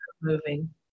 moving